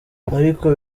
ariko